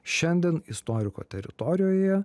šiandien istoriko teritorijoje